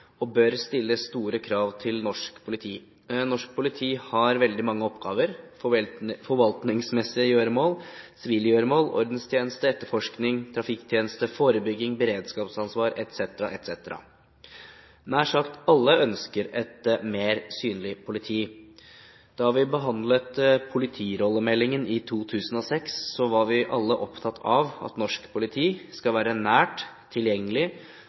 og bør stille, store krav til norsk politi. Norsk politi har veldig mange oppgaver: forvaltningsmessige gjøremål, sivile gjøremål, ordenstjeneste, etterforskning, trafikktjeneste, forebygging, beredskapsansvar etc. Nær sagt alle ønsker et mer synlig politi. Da vi behandlet politirollemeldingen i 2006, var vi alle opptatt av at norsk politi skal vær nært, tilgjengelig